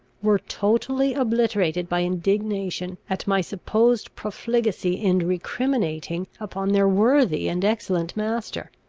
were totally obliterated by indignation at my supposed profligacy in recriminating upon their worthy and excellent master.